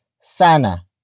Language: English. sana